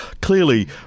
clearly